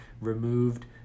removed